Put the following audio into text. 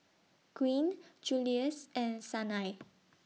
Gwyn Juluis and Sanai